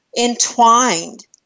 Entwined